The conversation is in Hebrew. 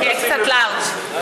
תהיה קצת לארג'.